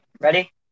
Ready